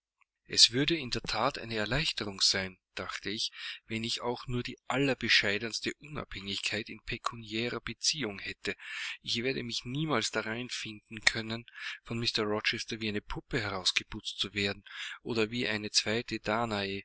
es würde in der that eine erleichterung sein dachte ich wenn ich auch nur die allerbescheidenste unabhängigkeit in pekuniärer beziehung hätte ich werde mich niemals darein finden können von mr rochester wie eine puppe herausgeputzt zu werden oder wie eine zweite